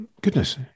goodness